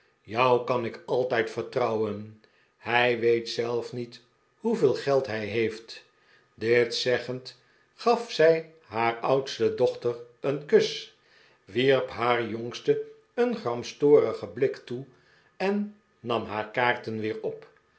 jou kan ik altijd vertrouwen hij weet zelf niet hoe veel geld hij heeft dit zeggend gaf zij haar oudste dochter een kus wierp haar jongste een gramstorigen blik toe en nam haar kaarten weer op